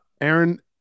Aaron